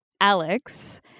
Alex